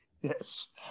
Yes